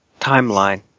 timeline